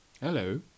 Hello